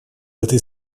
этой